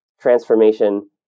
transformation